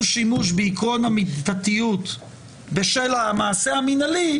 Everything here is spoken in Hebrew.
שימוש בעקרון המידתיות בשל המעשה המינהלי,